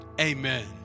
amen